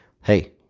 hey